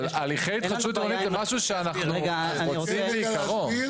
אבל הליכי התחדשות עירונית זה משהו שאנחנו רוצים ביקרו.